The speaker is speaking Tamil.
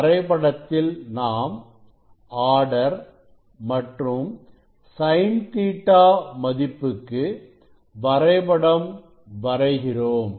வரைபடத்தில் நாம் ஆர்டர் மற்றும் sin Ɵ மதிப்புக்கு வரைபடம் வரைகிறோம்